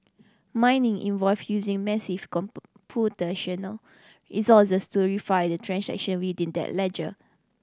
mining involve using massive resources to the transaction within that ledger